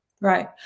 Right